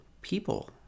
people